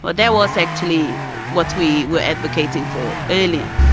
well, that was actually what we were advocating for earlier.